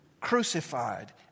crucified